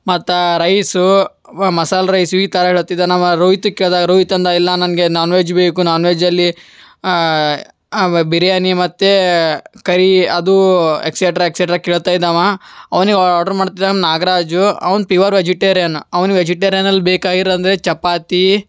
ಮತ್ತು ರೈಸೂ ವ ಮಸಾಲ ರೈಸು ಈ ಥರ ಹೇಳಾತ್ತಿದ್ದ ನಮ್ಮ ರೋಹಿತಿಗೆ ಕೇಳ್ದಾಗ ರೋಹಿತ್ ಅಂದ ಇಲ್ಲ ನನಗೆ ನಾನ್ ವೆಜ್ ಬೇಕು ನಾನ್ ವೆಜ್ಜಲ್ಲಿ ಆವ ಬಿರಿಯಾನಿ ಮತ್ತು ಕರೀ ಅದು ಎಕ್ಸೆಟ್ರಾ ಎಕ್ಸೆಟ್ರಾ ಕೇಳ್ತಾಯಿದ್ದ ಅವ ಅವ್ನಿಗೆ ಆರ್ಡ್ರ್ ಮಾಡ್ತಿದ್ದಾಗ ನಾಗರಾಜು ಅವ್ನ ಪಿವರ್ ವೆಜಿಟೇರಿಯನು ಅವ್ನು ವೆಜಿಟೇರಿಯನಲ್ಲಿ ಬೇಕಾಗಿರೋ ಅಂದರೆ ಚಪಾತಿ